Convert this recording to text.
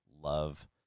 love